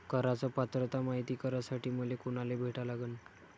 कराच पात्रता मायती करासाठी मले कोनाले भेटा लागन?